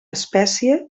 espècie